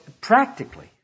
practically